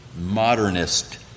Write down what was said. modernist